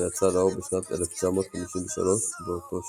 שיצא לאור בשנת 1953 באותו שם.